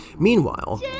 Meanwhile